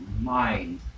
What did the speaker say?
mind